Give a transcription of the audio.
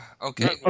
Okay